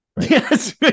Yes